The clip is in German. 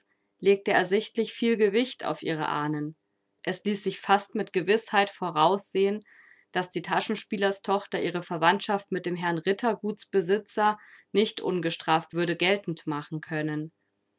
legte ersichtlich viel gewicht auf ihre ahnen es ließ sich fast mit gewißheit voraussehen daß die taschenspielerstochter ihre verwandtschaft mit dem herrn rittergutsbesitzer nicht ungestraft würde geltend machen können